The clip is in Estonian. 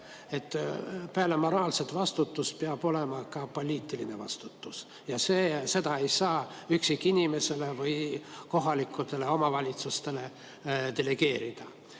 Peale moraalse vastutuse peab olema ka poliitiline vastutus ja seda ei saa üksikinimesele või kohalikele omavalitsustele delegeerida.